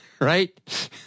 right